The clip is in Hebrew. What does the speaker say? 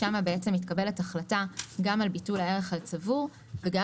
שם מתקבלת החלטה גם על ביטול הערך הצבור וגם